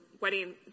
wedding